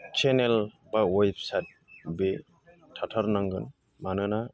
channel बा website बे थाथारनांगोन मानोना